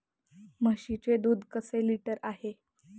म्हशीचे दूध कसे लिटर आहे?